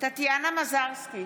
טטיאנה מזרסקי,